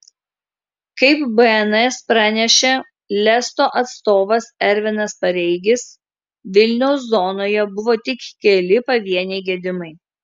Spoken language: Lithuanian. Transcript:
kaip bns pranešė lesto atstovas ervinas pareigis vilniaus zonoje buvo tik keli pavieniai gedimai